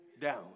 down